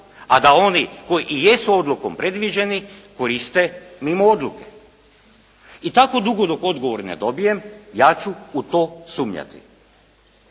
a da oni koji i jesu odlukom predviđeni koriste mimo odluke. I tako dugo dok odgovor ne dobijem ja ću u to sumnjati.